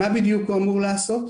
מה בדיוק הוא אמור לעשות?